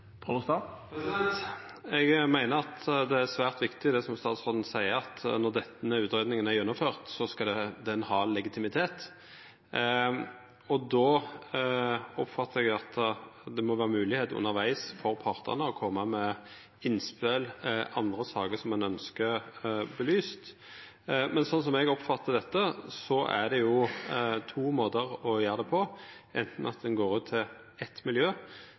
statsråden seier, at når utgreiinga er gjennomført, skal ho ha legitimitet. Då oppfattar eg det slik at det må vera mogleg for partane undervegs å koma med innspel og andre saker som ein ønskjer å belysa. Slik som eg oppfattar dette, er det to måtar å gjera det på: At ein anten går ut til eit miljø